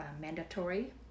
mandatory